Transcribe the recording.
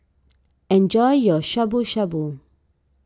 enjoy your Shabu Shabu